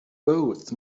both